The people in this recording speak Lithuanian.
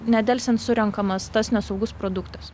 nedelsiant surenkamas tas nesaugus produktas